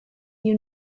you